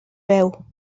veu